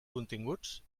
continguts